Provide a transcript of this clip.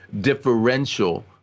differential